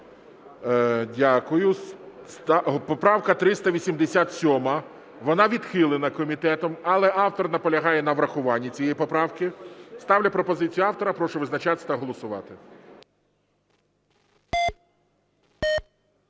Дякую. Поправка 387, вона відхилена комітетом, але автор наполягає на врахуванні цієї поправки. Ставлю пропозицію автора. Прошу визначатись та голосувати.